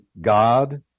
God